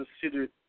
considered